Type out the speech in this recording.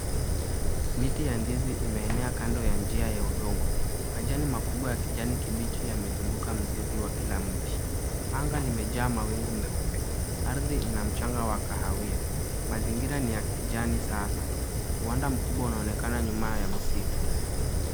Miti ya ndizi imeenea kando ya njia ya udongo. Majani makubwa ya kijani kibichi yamezunguka mzizi wa kila mti. Anga limejaa mawingu meupe. Ardhi ina mchanga wa kahawia. Mazingira ni ya kijani sana. Uwanda mkubwa unaonekana nyuma ya msitu.